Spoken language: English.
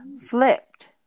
flipped